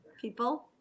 people